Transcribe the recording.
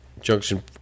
Junction